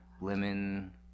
lemon